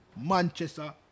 Manchester